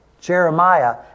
Jeremiah